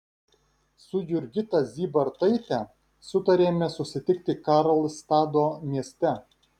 su jurgita zybartaite sutarėme susitikti karlstado mieste